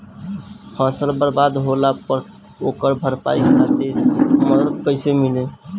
फसल बर्बाद होला पर ओकर भरपाई खातिर मदद कइसे मिली?